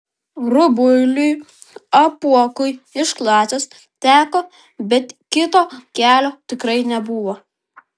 rubuiliui apuokui iš klasės teko bet kito kelio tikrai nebuvo